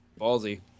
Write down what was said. ballsy